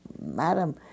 madam